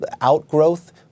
Outgrowth